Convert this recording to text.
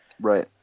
Right